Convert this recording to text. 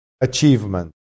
achievement